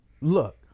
look